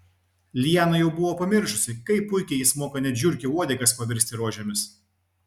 liana buvo jau pamiršusi kaip puikiai jis moka net žiurkių uodegas paversti rožėmis